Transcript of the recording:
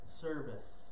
service